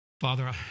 Father